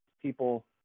people